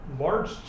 large